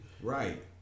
right